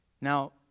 Now